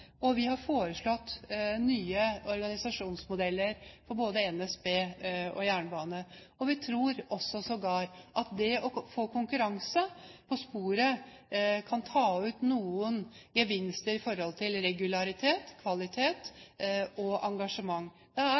Og vi har foreslått nye organisasjonsmodeller for både NSB og jernbane, og vi tror sågar at det å få konkurranse på sporet kan ta ut noen gevinster når det gjelder regularitet, kvalitet og engasjement. Det er